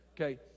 Okay